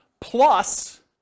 plus